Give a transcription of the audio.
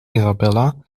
isabella